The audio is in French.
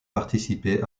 participer